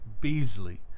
Beasley